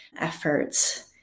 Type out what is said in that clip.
efforts